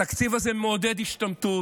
התקציב הזה מעודד השתמטות.